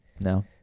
No